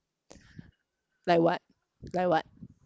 like what like what